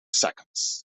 seconds